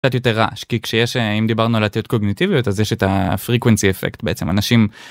קצת יותר רעש כי כשיש אם דיברנו על דיברנו על התיאוריות קוגניטיביות אז יש את הפרקווינסי אפקט בעצם אנשים.